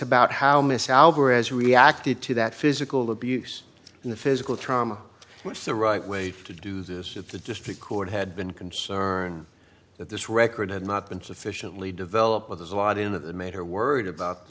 about how miss alvarez reacted to that physical abuse in the physical trauma what's the right way to do this if the district court had been concerned that this record had not been sufficiently developed but there's a lot in of the matter worried about the